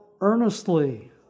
earnestly